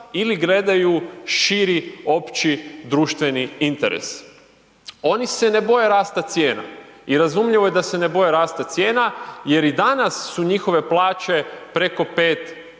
ili gledaju širi opći društveni interes. Oni se ne boje rasta cijena i razumljivo je da se ne boje rasta cijena jer i danas su njihove plaće preko 5000